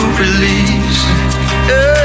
release